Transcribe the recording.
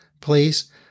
please